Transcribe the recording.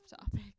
topic